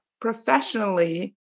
professionally